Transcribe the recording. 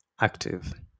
active